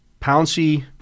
Pouncy